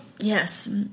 yes